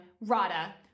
Rada